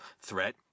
threat